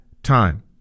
Time